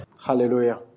Hallelujah